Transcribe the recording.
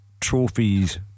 Trophies